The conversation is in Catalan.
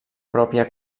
pròpia